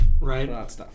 Right